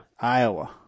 Iowa